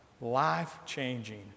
life-changing